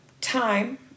time